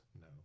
No